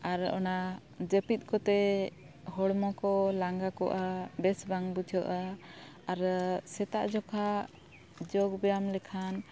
ᱟᱨ ᱚᱱᱟ ᱡᱟᱹᱯᱤᱫ ᱠᱚᱛᱮ ᱦᱚᱲᱢᱚ ᱠᱚ ᱞᱟᱸᱜᱟ ᱠᱚᱜᱼᱟ ᱵᱮᱥ ᱵᱟᱝ ᱵᱩᱡᱷᱟᱹᱜᱼᱟ ᱟᱨ ᱥᱮᱛᱟᱜ ᱡᱚᱠᱷᱟᱮᱡ ᱡᱳᱜᱽ ᱵᱮᱭᱟᱢ ᱞᱮᱠᱷᱟᱱ